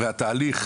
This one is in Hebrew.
מה התהליך?